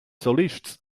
solists